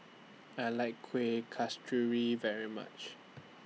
I like Kueh Kasturi very much